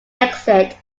exit